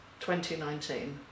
2019